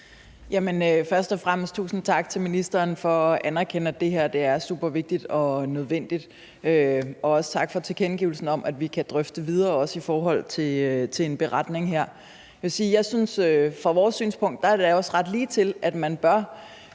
Først og fremmest tusind tak til ministeren for at anerkende, at det her er supervigtigt og nødvendigt, og også tak for tilkendegivelsen om, at vi kan drøfte det videre, også i forhold til en beretning. Jeg vil sige, at set fra vores synspunkt er det også ret ligetil, at man bør